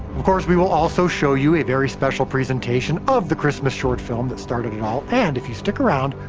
of course, we will also show you a very special presentation of the christmas short film that started it all and if you stick around,